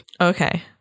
Okay